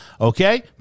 Okay